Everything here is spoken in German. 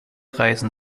reisen